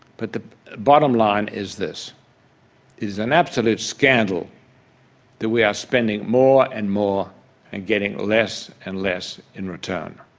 but the bottom line is this it is an absolute scandal that we are spending more and more and getting less and less in return.